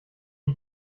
die